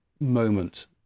moment